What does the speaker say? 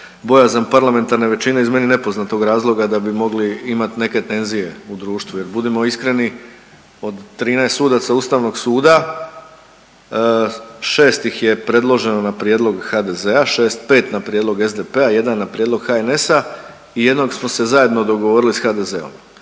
bojazan parlamentarne većine iz meni nepoznatog razloga da bi mogli imati neke tenzije u društvu. Jer budimo iskreni od 13 sudaca Ustavnog suda 6 ih je predloženo na prijedlog HDZ-a, 5 na prijedlog SDP-a i jedan na prijedlog HNS-a i jednog smo se zajedno dogovorili sa HDZ-om.